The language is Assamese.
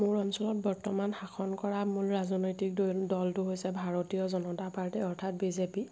মোৰ অঞ্চলত বৰ্তমান শাসন কৰা মূল ৰাজনৈতিক দলটো হৈছে ভাৰতীয় জনতা পাৰ্টি অৰ্থাৎ বিজেপি